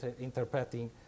interpreting